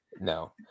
No